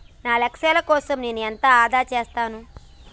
నా లక్ష్యాల కోసం నేను ఎంత ఆదా చేస్తాను?